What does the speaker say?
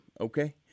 Okay